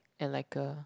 and like a